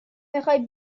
میخای